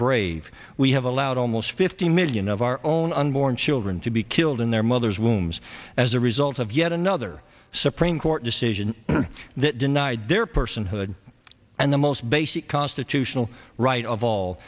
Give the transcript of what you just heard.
brave we have allowed almost fifty million of our own unborn children to be killed in their mother's womb as a result of yet another supreme court decision that denied their personhood and the most basic constitutional right of all